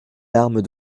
larmes